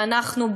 ואנחנו,